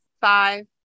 five